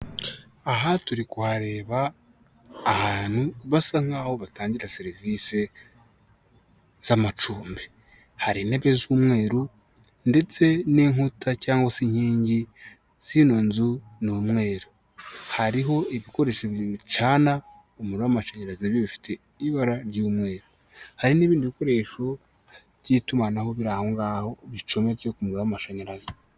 Aha turi kuhareba ahantu basa nkaho batangira serivisi z'amacumbi. Hari intebe z'umweru ndetse n'inkuta cyangwa se inkingi z'ino nzu ni umweru. Hariho ibikoresho bicana umuriro w'amashanyarazi na byo bifite ibara ry'umweru. Hari n'ibindi bikoresho by'itumanaho biri aho ngaho bicometse ku muriro w'amashanyarazi.